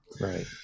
Right